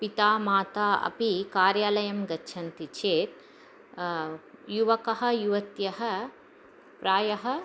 पिता माता अपि कार्यालयं गच्छन्ति चेत् युवकः युवत्यः प्रायः